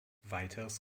weiters